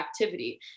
activity